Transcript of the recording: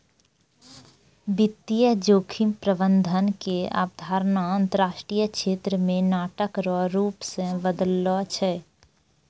वित्तीय जोखिम प्रबंधन के अवधारणा अंतरराष्ट्रीय क्षेत्र मे नाटक रो रूप से बदललो छै